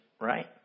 right